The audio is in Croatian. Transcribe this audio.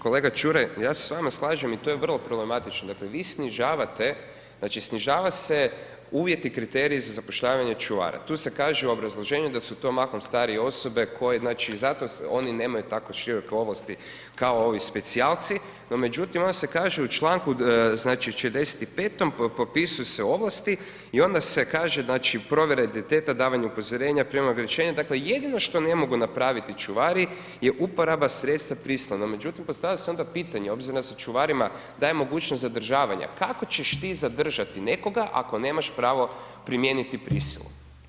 Kolega Čuraj, ja se s vama slažem i to je vrlo problematično, dakle vi snižavate, znači snižava se uvjeti i kriteriji za zapošljavanje čuvara, tu se kaže u obrazloženju da su to mahom starije osobe koje znači zato oni nemaju tako široke ovlasti kao ovi specijalci no međutim onda se kaže u članku 45. propisuju se ovlasti i onda se kaže, znači provjere identiteta, davanje upozorenja, ... ograničenje, dakle jedino što ne mogu napraviti čuvari je uporaba sredstva prisile no međutim postavlja se onda pitanje obzirom da se čuvarima daje mogućnost zadržavanja, kako ćeš ti zadržati nekoga ako nemaš pravo primijeniti prisilu?